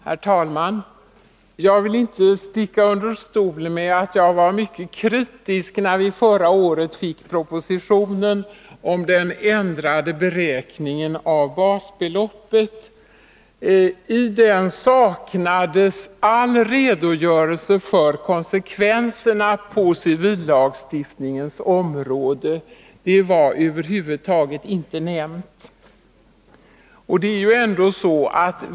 Herr talman! Jag vill inte sticka under stol med att jag var mycket kritisk när vi förra året fick propositionen om den ändrade beräkningen av basbeloppet. I den saknades all redogörelse för konsekvenserna på civillagstiftningens område — det var över huvud taget inte nämnt.